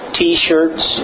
t-shirts